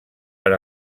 per